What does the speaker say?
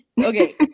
okay